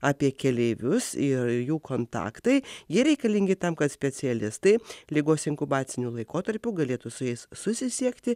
apie keleivius ir jų kontaktai jie reikalingi tam kad specialistai ligos inkubaciniu laikotarpiu galėtų su jais susisiekti